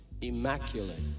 immaculate